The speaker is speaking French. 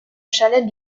chalet